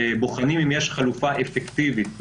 בוחנים אם יש חלופה אפקטיבית,